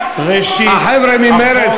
החבר'ה ממרצ,